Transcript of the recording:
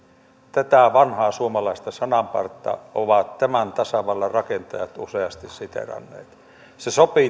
tätä vanhaa suomalaista sananpartta ovat tämän tasavallan rakentajat useasti siteeranneet se sopii